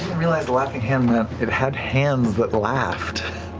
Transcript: realize the laughing hand meant it had hands that laughed.